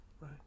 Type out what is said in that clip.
Right